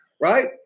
Right